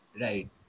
Right